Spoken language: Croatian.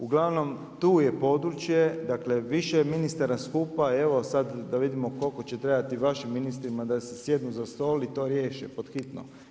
Uglavnom tu je područje, dakle više ministara skupa evo sada da vidimo koliko će trebati vašim ministrima da si sjednu za stol i to riješe pod hitno.